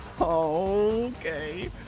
okay